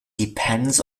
depends